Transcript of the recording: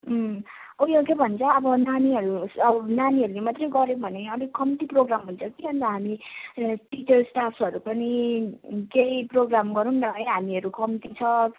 उम् उयो के भन्छ अब नानीहरू अब नानीहरूले मात्रै गऱ्यो भने अलिक कम्ती प्रोग्राम हुन्छ कि अन्त हामी टिचर्स स्टाफहरू पनि केही प्रोग्राम गरौँ न है हामीहरू कम्ती छ